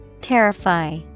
Terrify